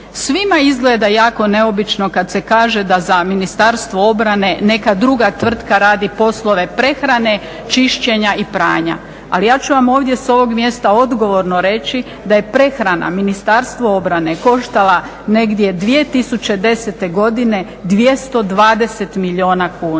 Svima izgleda jako neobično kad se kaže da za Ministarstvo obrane neka druga tvrtka radi poslove prehrane, čišćenja i pranja. Ali ja ću vam ovdje s ovog mjesta odgovorno reći da je prehrana Ministarstvo obrane koštala negdje 2010. godine 220 milijuna kuna.